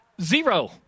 zero